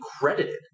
credited